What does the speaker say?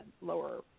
lower